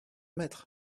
maître